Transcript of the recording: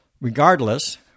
Regardless